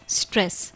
stress